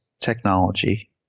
technology